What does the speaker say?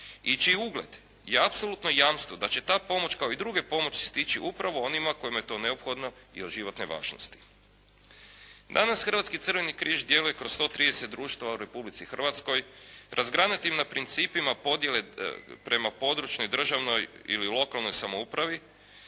i čiji ugled je apsolutno jamstvo da će ta pomoć kao i druge pomoći stići upravo onima kojima je to neophodno i od životne važnosti. Danas Hrvatski crveni križ djeluje kroz 130 društva u Republici Hrvatskoj, razgranatim na principima podjele prema područnoj državnoj ili lokalnoj samoupravi